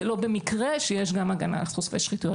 זה לא במקרה שיש גם הגנה על חושפי שחיתויות.